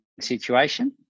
situation